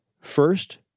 First